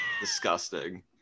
disgusting